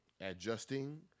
adjusting